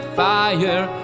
fire